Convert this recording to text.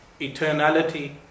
eternality